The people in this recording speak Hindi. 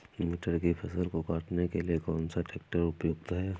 मटर की फसल को काटने के लिए कौन सा ट्रैक्टर उपयुक्त है?